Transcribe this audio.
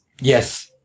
Yes